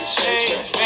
change